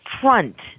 front